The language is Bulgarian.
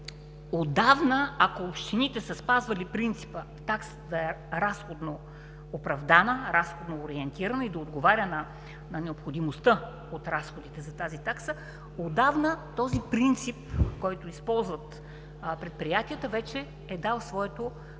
отдавна, ако общините са спазвали принципа таксата да е разходно оправдана, разходно ориентирана и да отговоря на необходимостта от разходите за тази такса, отдавна този принцип, който използват предприятията, вече е дал своето